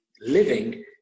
living